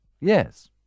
Yes